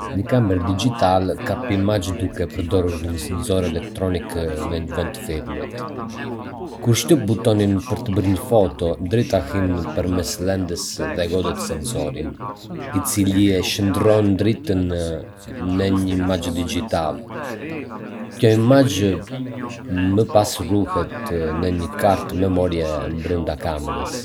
Një kamerë dixhitale kap imazhe duke përdorur një sensor elektronik në vend të filmit. Kur shtyp butonin për të bërë një foto, drita hyn përmes lentes dhe godet sensorin, i cili e shndërron dritën në një imazh dixhital. Ky imazh më pas ruhet në një kartë memorie brenda kamerës.